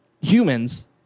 humans